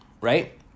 right